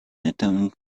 attempt